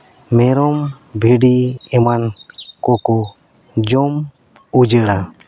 ᱢᱮᱨᱚᱢ ᱵᱷᱤᱰᱤ ᱮᱢᱟᱱ ᱠᱚᱠᱚ ᱡᱚᱢ ᱩᱡᱟᱹᱲᱟ